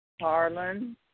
Harlan